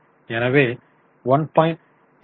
எனவே 1